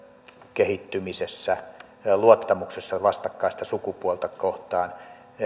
kehittymisessä ja luottamuksessa vastakkaista sukupuolta kohtaan